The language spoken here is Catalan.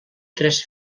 tres